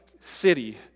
city